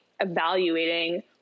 evaluating